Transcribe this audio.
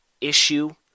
issue